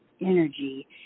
energy